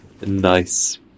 nice